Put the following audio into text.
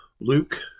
Luke